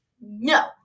no